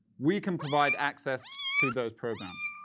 we can provide access to those programs,